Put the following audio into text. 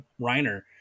Reiner